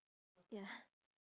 ya